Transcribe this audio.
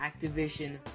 Activision